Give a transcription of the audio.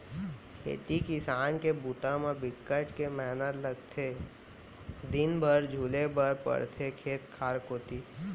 खेती किसान के बूता म बिकट के मेहनत लगथे दिन भर झुले बर परथे खेत खार कोती